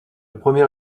premier